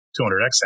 200X